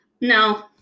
no